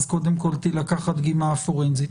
אז קודם כל תילקח הדגימה הפורנזית.